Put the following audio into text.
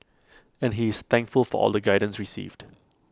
and he is thankful for all the guidance received